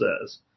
says